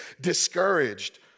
discouraged